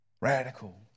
Radical